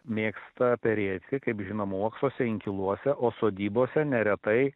mėgsta perėti kaip žinom uoksuose inkiluose o sodybose neretai